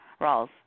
Rawls